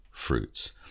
Fruits